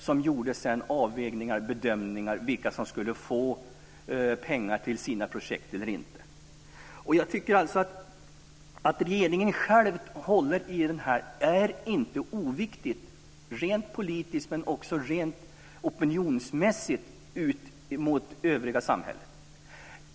Det var där man gjorde avvägningar och bedömningar av vilka som skulle få pengar till sina projekt. Att regeringen själv håller i detta är inte oviktigt, tycker jag - dels rent politiskt, dels opinionsmässigt ut emot övriga samhället.